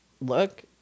look